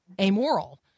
amoral